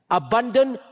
abundant